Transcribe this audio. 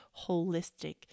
holistic